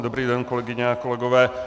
Dobrý den, kolegyně a kolegové.